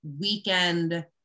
weekend